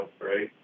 right